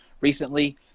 recently